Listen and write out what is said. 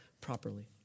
properly